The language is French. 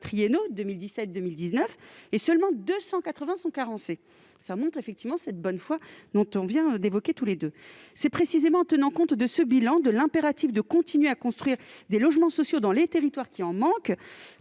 triennaux 2017-2019 et seulement 280 sont carencées. Cela démontre donc cette bonne foi des élus. C'est précisément en tenant compte de ce bilan et de l'impératif de continuer à construire des logements sociaux dans les territoires qui en manquent,